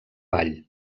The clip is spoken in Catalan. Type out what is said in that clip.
vall